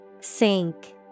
Sink